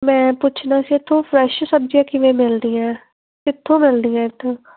ਮੈਂ ਪੁੱਛਣਾ ਸੀ ਇਥੋਂ ਫਰੈਸ਼ ਸਬਜ਼ੀਆਂ ਕਿਵੇਂ ਮਿਲਦੀਆਂ ਕਿੱਥੋਂ ਮਿਲਦੀਆਂ ਇੱਥੋਂ